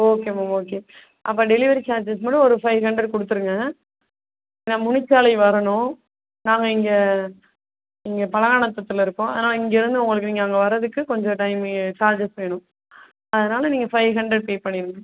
okay ma'am okay அப்போ delivery charges கூட ஒரு ஃபைவ் ஹண்ட்ரட் கொடுத்துருங்க ஏன்னா முனிச்சாலை வரணும் நாங்கள் இங்கே இங்கே பல்லானத்தத்தில் இருக்கோம் ஆனால் இங்கே இருந்து உங்களுக்கு நீங்கள் அங்கே வர்றதுக்கு கொஞ்சம் டைம் எ சார்ஜஸ் வேணும் அதனால் நீங்கள் ஃபைவ் ஹண்ட்ரட் பே பண்ணிருங்க மேம்